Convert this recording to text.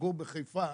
יגור בחיפה